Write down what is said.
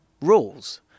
rules